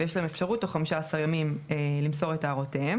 ויש להם אפשרות תוך 15 ימים למסור את הערותיהם.